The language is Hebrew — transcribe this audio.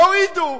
והורידו.